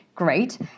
Great